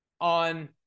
on